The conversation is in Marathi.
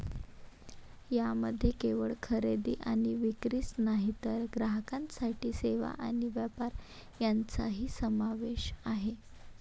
यामध्ये केवळ खरेदी आणि विक्रीच नाही तर ग्राहकांसाठी सेवा आणि व्यापार यांचाही समावेश आहे